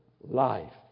life